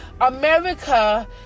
America